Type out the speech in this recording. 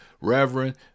reverend